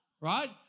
right